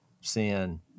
sin